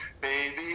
Baby